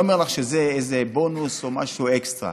אני לא אומר לך שזה איזה בונוס או משהו אקסטרה.